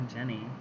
Jenny